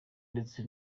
ndetse